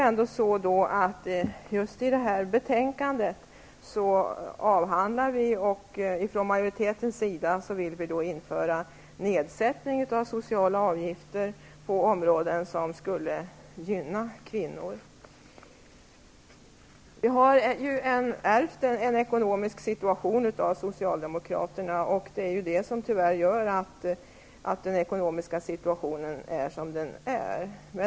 I det här betänkandet vill vi från majoritetens sida införa nedsättning av sociala avgifter på områden som skulle gynna kvinnor. Vi har ärvt en ekonomisk situation av Socialdemokraterna, och det är detta som gör att den ekonomiska situationen är som den är.